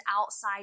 outside